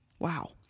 Wow